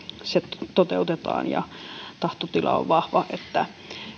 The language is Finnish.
se toteutetaan tahtotila on vahva että